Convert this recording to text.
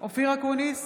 אופיר אקוניס,